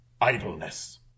Idleness